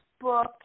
book